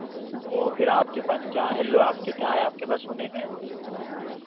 ओ फिर आपके पास क्या है लो आपके क्या हैं आपके पास सोने में हैं